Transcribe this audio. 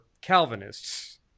Calvinists